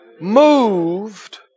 moved